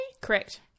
Correct